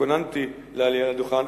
והתכוננתי לעלייה לדוכן,